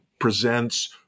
presents